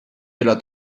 della